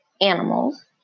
animals